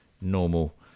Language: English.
normal